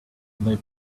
they